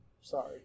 Sorry